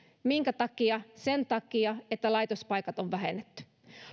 minkä takia sen takia että laitospaikkoja on vähennetty